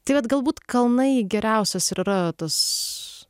tai vat galbūt kalnai geriausias ir yra tas